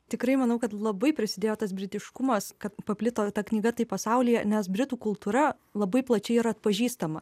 tikrai manau kad labai prisidėjo tas britiškumas kad paplito ta knyga taip pasaulyje nes britų kultūra labai plačiai yra atpažįstama